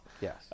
Yes